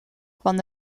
kwam